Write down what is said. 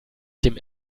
dem